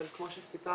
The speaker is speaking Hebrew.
אבל כמו שסיפרת,